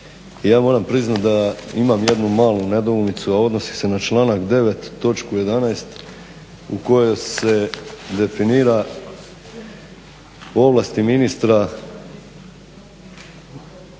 ja moram priznati da imam jednu malu nedoumicu, a odnosi se na članak 9. točku 11. u kojoj se definira ovlasti ministra